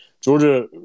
Georgia